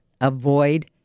avoid